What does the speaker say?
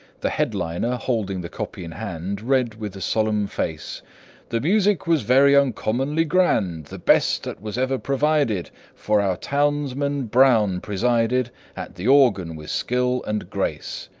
the headliner, holding the copy in hand, read with a solemn face the music was very uncommonly grand the best that was every provided, for our townsman brown presided at the organ with skill and grace.